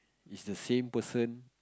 it's the same person